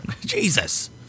Jesus